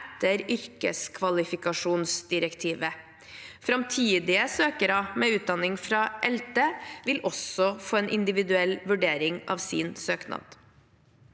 etter yrkeskvalifikasjonsdirektivet. Framtidige søkere med utdanning fra ELTE vil også få en individuell vurdering av sin søknad.